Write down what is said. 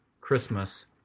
Christmas